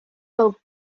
fel